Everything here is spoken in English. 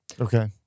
Okay